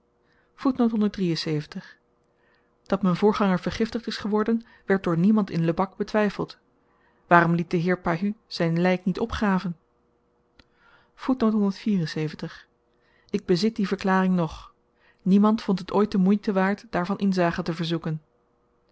dat m'n voorganger vergiftigd is geworden werd door niemand in lebak betwyfeld waarom liet de heer pahud zyn lyk niet opgraven ik bezit die verklaring nog niemand vond het ooit de moeite waard daarvan inzage te verzoeken